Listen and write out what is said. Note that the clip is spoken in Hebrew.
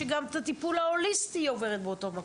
שגם את הטיפול ההוליסטי היא עוברת באותו מקום.